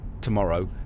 tomorrow